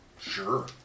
Sure